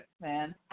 man